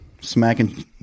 smacking